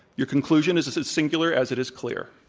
your conclusion is is as singular as it is clear.